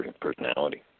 personality